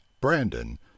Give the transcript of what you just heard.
brandon